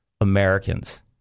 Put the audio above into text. Americans